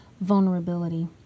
vulnerability